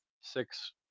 six